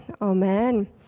amen